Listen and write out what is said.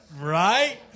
right